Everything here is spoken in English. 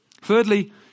Thirdly